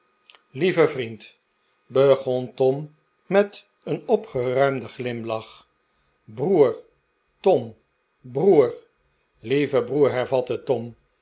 lieve vriend begon tom met een opgeruimden glimlach broer tom broer lieve broer hervatte tom